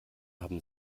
haben